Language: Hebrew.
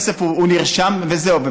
הכסף הוא נרשם, וזהו.